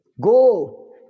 go